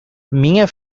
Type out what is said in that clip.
minha